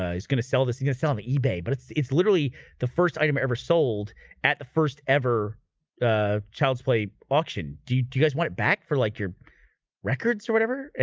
ah is gonna sell this he's gonna sell on the ebay, but it's it's literally the first item ever sold at the first ever ah child's play auction do you guys want back for like your records or whatever?